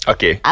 Okay